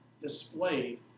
displayed